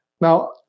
Now